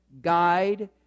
guide